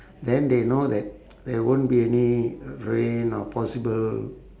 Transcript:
then they know that there won't be any rain or possible